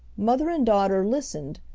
mother and daughter listened,